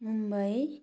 Mumbai